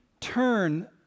turn